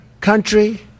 country